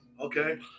Okay